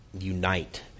unite